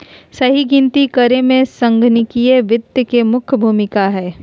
सही गिनती करे मे संगणकीय वित्त के मुख्य भूमिका हय